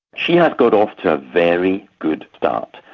she has got off to a very good start.